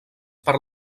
per